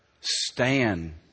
stand